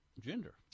gender